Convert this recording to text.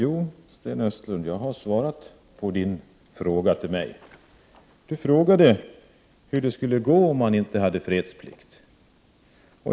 Herr talman! Jo, jag har svarat på Sten Östlunds fråga till mig, hur det skulle gå om det inte fanns fredsplikt.